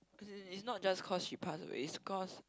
as in it's not just cause she pass away it's cause